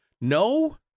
No